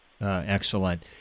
Excellent